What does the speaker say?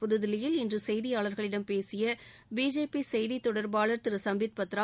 புதுதில்லியில் இன்று கெய்தியாளர்களிடம் பேசிய பிஜேபி செய்தி தொடர்பாளர் திரு சும்பித் பத்ரா